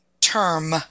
term